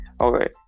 Okay